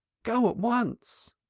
go at once.